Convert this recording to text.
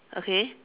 okay